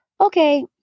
okay